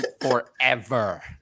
forever